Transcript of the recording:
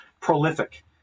prolific